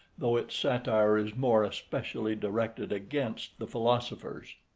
though its satire is more especially directed against the philosophers.